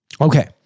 Okay